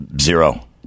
zero